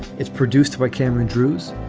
it's produced by cameron drewes.